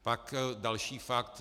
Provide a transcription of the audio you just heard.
Pak další fakt.